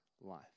life